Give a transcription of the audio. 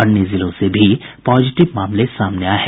अन्य जिलों से भी पॉजिटिव मामले सामने आये हैं